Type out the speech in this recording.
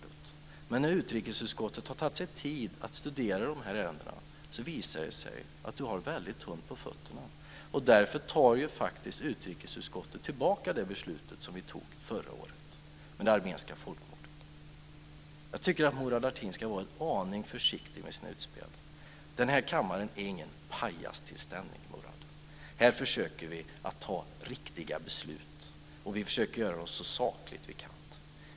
K-G Biörsmark talade om det tidigare. Men när utrikesutskottet har tagit sig tid att studera ärendena visar det sig att Murad Artin har dåligt på fötterna. Därför tar utrikesutskottet tillbaka det beslut som vi fattade förra året, om det armeniska folkmordet. Jag tycker att Murad Artin ska vara en aning försiktig med sina utspel. Denna kammare är ingen pajastillställning. Här försöker vi att fatta riktiga beslut så sakligt vi kan.